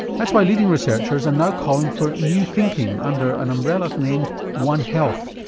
that's why leading researchers are now calling for new thinking under an umbrella named one health,